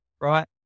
right